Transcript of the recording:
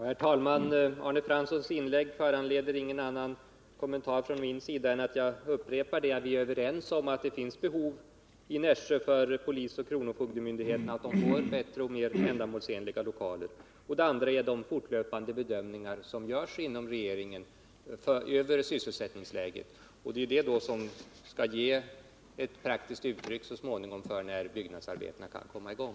Herr talman! Arne Franssons inlägg föranleder ingen annan kommentar från min sida än att jag upprepar att vi är överens om att det finns behov av bättre och mer ändamålsenliga lokaler för polisoch kronofogdemyndigheterna i Nässjö. Jag vill också upprepa att vi inom regeringen gör fortlöpande bedömningar av sysselsättningsläget, och det är de bedömningarna som avgör när byggnadsarbetena så småningom kan komma i gång.